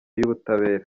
y’ubutabera